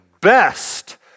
best